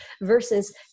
versus